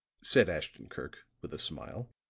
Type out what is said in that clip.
said ashton-kirk with a smile.